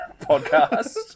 podcast